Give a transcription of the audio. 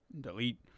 delete